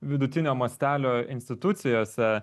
vidutinio mastelio institucijose